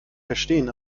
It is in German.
verstehen